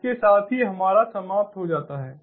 इसके साथ ही हमारा समाप्त हो जाता है